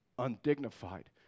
undignified